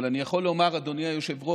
אבל אני יכול לומר, אדוני היושב-ראש,